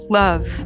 love